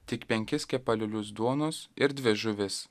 tik penkis kepalėlius duonos ir dvi žuvis